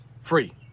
free